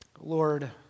Lord